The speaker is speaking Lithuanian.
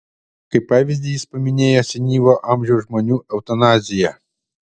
kaip pavyzdį jis paminėjo senyvo amžiaus žmonių eutanaziją